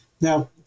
Now